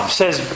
says